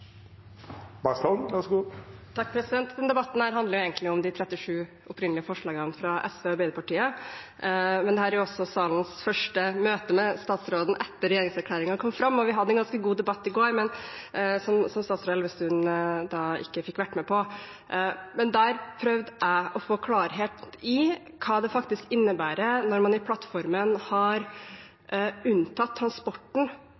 også salens første møte med statsråden etter at regjeringserklæringen ble lagt fram. Vi hadde en ganske god debatt i går, som statsråd Elvestuen ikke fikk vært med på. Der prøvde jeg å få klarhet i hva det faktisk innebærer når man i plattformen